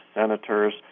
senators